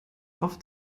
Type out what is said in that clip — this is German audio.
auf